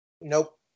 Nope